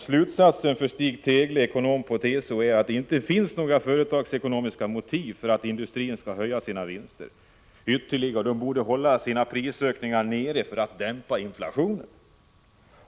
Slutsatsen för Stig Tegle, ekonom på TCO, är att det inte finns några företagsekonomiska motiv för att industrin skall höja sina vinster ytterligare. Man borde hålla prisökningarna nere för att dämpa inflationen.